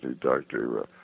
Dr